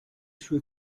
sue